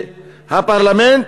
שהפרלמנט